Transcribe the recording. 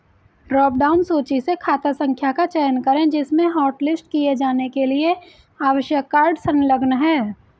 drop down सूची से खाता संख्या का चयन करें जिसमें हॉटलिस्ट किए जाने के लिए आवश्यक कार्ड संलग्न है